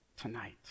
tonight